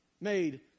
made